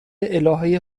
الهه